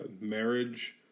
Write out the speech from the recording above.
marriage